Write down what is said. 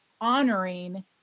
honoring